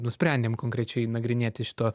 nusprendėm konkrečiai nagrinėti šito